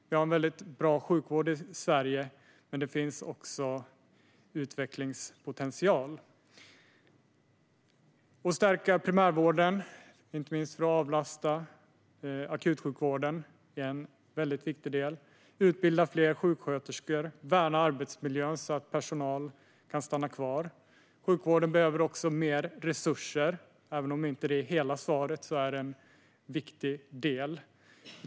Vi har en väldigt bra sjukvård i Sverige, men det finns en utvecklingspotential. Att stärka primärvården, inte minst för att avlasta akutsjukvården, är en viktig del, liksom att utbilda fler sjuksköterskor och värna arbetsmiljön, så att personal kan stanna kvar. Sjukvården behöver också mer resurser. Även om detta inte är hela svaret är det en viktig del.